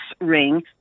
ring